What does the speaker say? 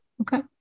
okay